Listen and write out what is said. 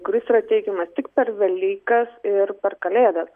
kuris yra teikiamas tik per velykas ir per kalėdas